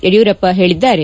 ಯಡಿಯೂರಪ್ಪ ಹೇಳಿದ್ದಾರೆ